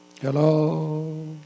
Hello